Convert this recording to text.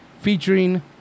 featuring